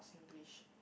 singlish